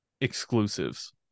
exclusives